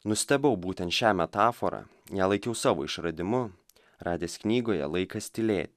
nustebau būtent šią metaforą ją laikiau savo išradimu radęs knygoje laikas tylėti